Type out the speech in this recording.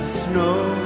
snow